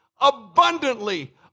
abundantly